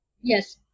Yes